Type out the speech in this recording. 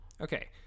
Okay